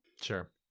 Sure